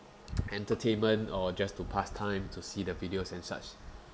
entertainment or just to pass time to see the videos and such